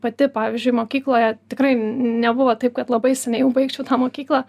pati pavyzdžiui mokykloje tikrai nebuvo taip kad labai seniai jau baigčiau tą mokyklą